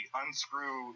unscrew